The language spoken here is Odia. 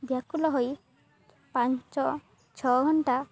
ବ୍ୟାକୁଳ ହୋଇ ପାଞ୍ଚ ଛଅ ଘଣ୍ଟା